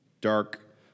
dark